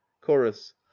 Chorus